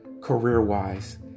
career-wise